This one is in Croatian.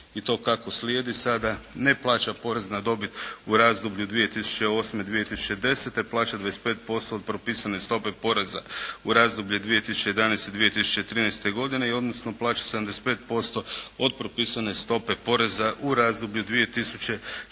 i to kako slijedi sada, ne plaća porez na dobit u razdoblju od 2008.-2010. plaća 25% od propisane stope poreza u razdoblju 2011.-2013. godine odnosno plaća 75% od propisane stope poreza u razdoblju od